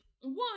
one